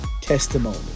testimony